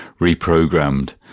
reprogrammed